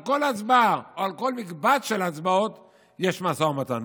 על כל הצבעה או על כל מקבץ של הצבעות יש משא ומתן.